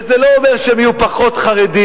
וזה לא אומר שהם יהיו פחות חרדים,